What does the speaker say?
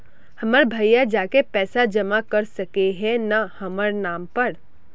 हमर भैया जाके पैसा जमा कर सके है न हमर नाम पर?